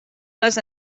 les